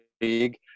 league